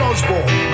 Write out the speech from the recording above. Osborne